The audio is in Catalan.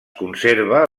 conserva